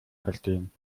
verstehen